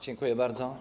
Dziękuję bardzo.